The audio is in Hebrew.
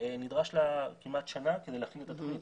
נדרש לה כמעט שנה כדי להכין את התוכנית.